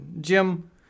Jim